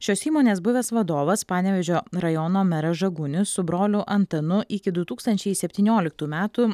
šios įmonės buvęs vadovas panevėžio rajono meras žagunis su broliu antanu iki du tūkstantčiai septynioliktų metų